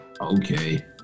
okay